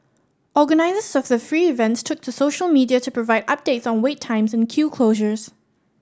organisers of the free events took to social media to provide updates on wait times and queue closures